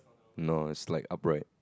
no it's like upright